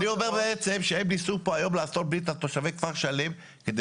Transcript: אני אומר בעצם שהם ניסו פה היום לעשות --- על תושבי כפר שלם כדי